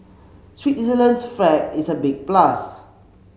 Switzerland's flag is a big plus